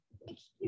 Excuse